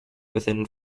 within